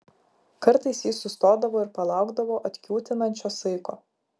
kartais jis sustodavo ir palaukdavo atkiūtinančio saiko